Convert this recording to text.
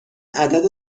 عدد